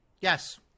Yes